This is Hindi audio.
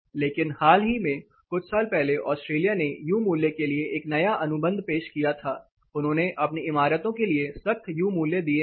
लेकिन हाल ही में कुछ साल पहले ऑस्ट्रेलिया ने यू मूल्य के लिए एक नया अनुबंध पेश किया था उन्होंने अपनी इमारतों के लिए सख्त यू मूल्य दिए है